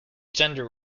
gender